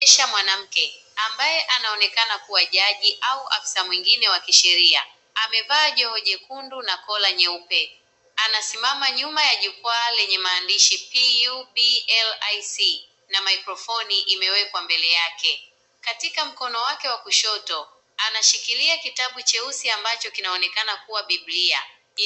Inaonyesha mwanamke ambaye anaonekana kuwa jaji au afisa mwingine wa kisheria. Amevaa joho jekundu na kola nyeupe, anasimama nyuma ya jukwaa lenye maandishi public na mikrofoni imewekwa mbele yake. Katika mkono wake wa kushoto anashikilia kitabu cheusi ambacho kinaonekana kuwa bibilia.